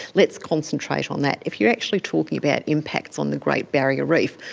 let's concentrate on that. if you are actually talking about impacts on the great barrier reef,